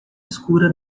escura